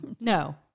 No